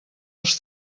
els